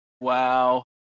Wow